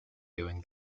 doing